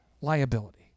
liability